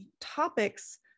topics